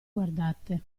guardate